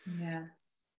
Yes